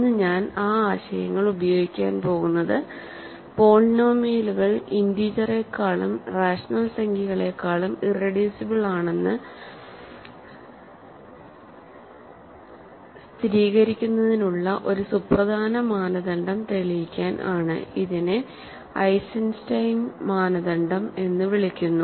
ഇന്ന് ഞാൻ ആ ആശയങ്ങൾ ഉപയോഗിക്കാൻ പോകുന്നത് പോളിനോമിയലുകൾ ഇന്റീജറിനെക്കാളും റാഷണൽ സംഖ്യകളെക്കാളും ഇറെഡ്യൂസിബിൾ ആണെന്ന് സ്ഥിരീകരിക്കുന്നതിനുള്ള ഒരു സുപ്രധാന മാനദണ്ഡം തെളിയിക്കാൻ ആണ് ഇതിനെ ഐസൻസ്റ്റൈൻ മാനദണ്ഡം എന്ന് വിളിക്കുന്നു